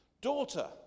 Daughter